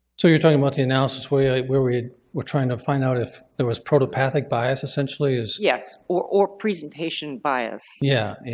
so you're talking about the analysis where yeah where we were trying to find out if there was protopathic bias essentially? yes. or or presentation bias. yeah. yeah.